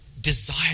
desire